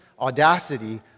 audacity